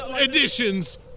Editions